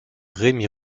rémy